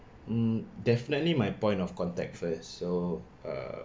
mm definitely my point of contact first so err